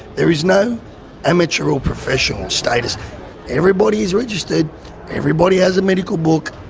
there is no amateur or professional status everybody's registered everybody has a medical book.